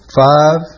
five